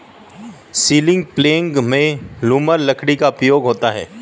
ceiling प्लेग में lumber लकड़ी का प्रयोग होता है